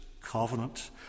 covenant